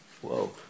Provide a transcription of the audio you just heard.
whoa